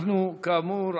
כאמור,